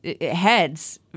heads